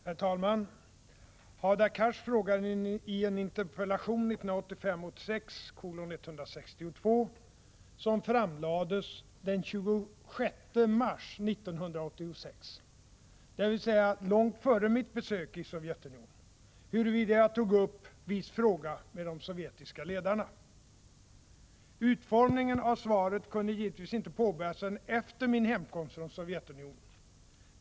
Herr talman! Hadar Cars frågar i en interpellation 1985/86:162, som framlades den 26 mars 1986, dvs. långt före mitt besök i Sovjetunionen, huruvida jag tog upp viss fråga med de sovjetiska ledarna. Utformningen av svaret kunde givetvis inte påbörjas förrän efter min hemkomst från Sovjetunionen.